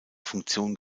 funktion